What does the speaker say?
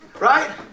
right